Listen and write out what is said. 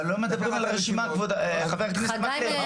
אבל לא מדברים על רשימה, חבר הכנסת מקלב.